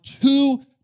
two